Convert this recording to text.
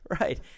right